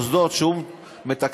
המוסדות שהוא מתקצב,